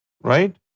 right